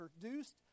produced